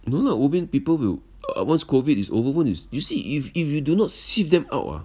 no lah ubin people will once COVID is over is you see if if you do not sieve them out ah